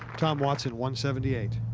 tom watson one-seventy-eight.